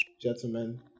gentlemen